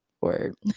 word